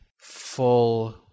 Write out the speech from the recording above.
full